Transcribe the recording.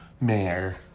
mayor